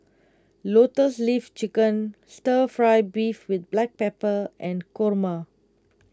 Lotus Leaf Chicken Stir Fry Beef with Black Pepper and Kurma